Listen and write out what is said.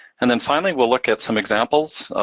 and then finally, we'll look at some examples,